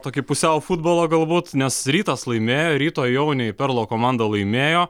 tokį pusiau futbolą galbūt nes rytas laimėjo ryto jauniai perlo komanda laimėjo